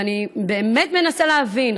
ואני באמת מנסה להבין,